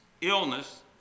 illness